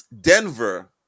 Denver